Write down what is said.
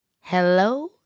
Hello